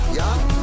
young